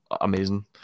amazing